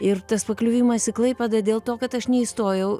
ir tas pakliuvimas į klaipėdą dėl to kad aš neįstojau